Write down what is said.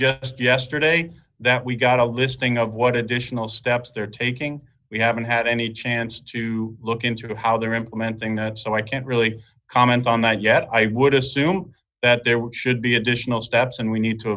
just yesterday that we got a listing of what additional steps they're taking we haven't had any chance to look into how they're implementing that so i can't really comment on that yet i would assume that there were should be additional steps and we need to